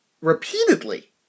Repeatedly